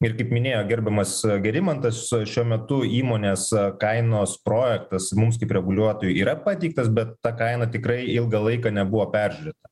ir kaip minėjo gerbiamas gerimantas šiuo metu įmonės kainos projektas mums kaip reguliuotojui yra pateiktas bet ta kaina tikrai ilgą laiką nebuvo peržiūrėta